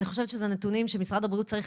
אני חושבת שאלה נתונים שמשרד הבריאות צריך